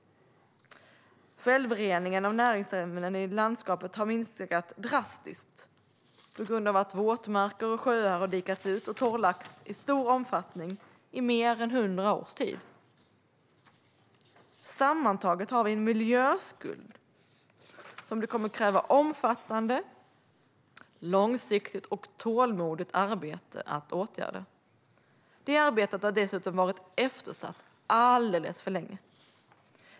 Självreningen av näringsämnen i landskapet har också minskat drastiskt på grund av att våtmarker och sjöar dikats ut och torrlagts i stor omfattning under mer än 100 års tid. Sammantaget har vi en miljöskuld som det kommer att krävas omfattande, långsiktigt och tålmodigt arbete för att åtgärda. Det arbetet har dessutom varit eftersatt alldeles för länge.